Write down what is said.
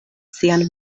sian